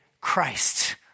Christ